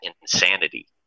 insanity